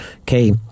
okay